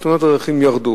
שמספר תאונות הדרכים ירד,